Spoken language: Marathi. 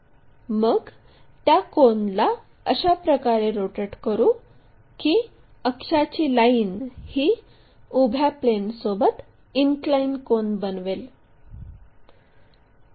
मग त्या कोनला अशा प्रकारे रोटेट करू की अक्षाची लाईन ही उभ्या प्लेनसोबत इनक्लाइन कोन बनवेल